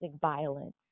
violence